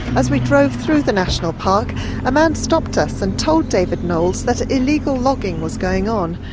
as we drove through the national park a man stopped us and told david knowles that illegal logging was going on.